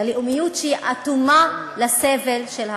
ללאומיות שהיא אטומה לסבל של האחרים.